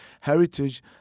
heritage